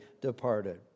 departed